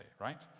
right